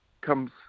comes